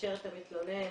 לקשר את המתלונן